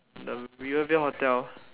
the rivervale hotel